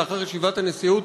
לאחר ישיבת הנשיאות,